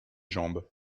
jambe